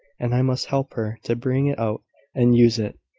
and i must help her to bring it out and use it.